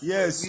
Yes